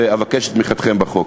ואבקש את תמיכתכם בחוק.